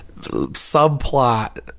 subplot